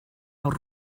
awr